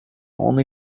only